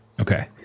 okay